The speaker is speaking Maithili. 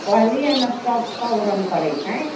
कहलियै ना सभ सभ रङ्ग करैत छै